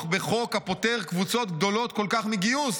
בחוק הפוטר קבוצות גדולות כל כך מגיוס.